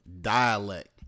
dialect